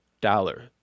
dollar